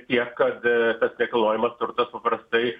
tiek kad tas nekilnojamas turtas paprastai